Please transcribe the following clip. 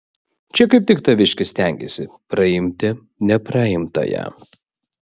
čia kaip tik taviškis stengiasi praimti nepraimtąją